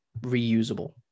reusable